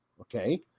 Okay